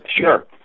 Sure